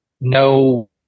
no